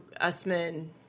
Usman